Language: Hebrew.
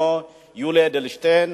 כמו יולי אדלשטיין,